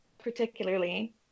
particularly